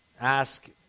ask